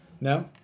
no